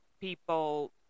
people –